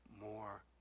more